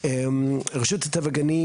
רשות הטבע והגנים,